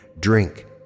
drink